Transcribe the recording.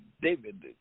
David